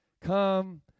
Come